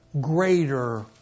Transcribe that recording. greater